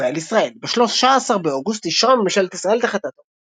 ישראל ישראל ב־13 באוגוסט אישרה ממשלת ישראל את החלטת האו"ם.